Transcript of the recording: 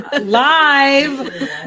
live